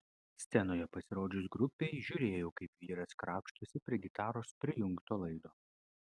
scenoje pasirodžius grupei žiūrėjau kaip vyras krapštosi prie gitaros prijungto laido